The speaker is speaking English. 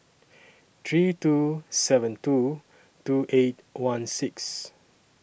three two seven two two eight one six